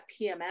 PMS